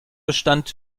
bestand